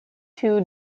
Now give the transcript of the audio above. two